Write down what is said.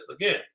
again